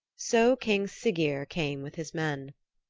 so king siggeir came with his men.